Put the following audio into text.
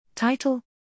Title